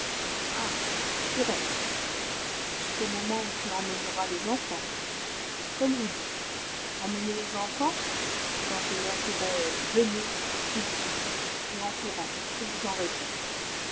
tu restes jusqu'au moment où tu emmèneras les enfants comme vous dites emmener les enfants quand je leur dirai venez ils viendront et en courant je vous en réponds